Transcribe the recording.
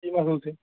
কি মাছ অ'লছি